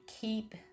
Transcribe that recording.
keep